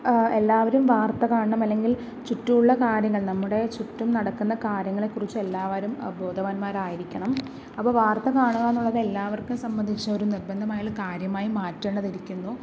എല്ലാവരും വാർത്ത കാണണം അല്ലങ്കിൽ ചുറ്റുമുള്ള കാര്യങ്ങൾ നമ്മുടെ ചുറ്റും നടക്കുന്ന കാര്യങ്ങളെക്കുറിച്ച് എല്ലാവരും ബോധവാൻമാരായിരിക്കണം അപ്പോൾ വാർത്ത കാണുകയെന്നുള്ളത് എല്ലാവർക്കും സംബന്ധിച്ച് ഒരു നിർബന്ധമായുള്ള കാര്യമായി മാറ്റേണ്ടത് ഇരിക്കുന്നു